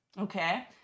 Okay